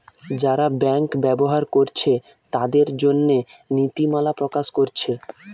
যারা ব্যাংক ব্যবহার কোরছে তাদের জন্যে নীতিমালা প্রকাশ কোরছে